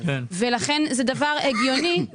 ולכן זה דבר הגיוני,